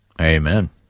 Amen